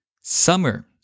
Summer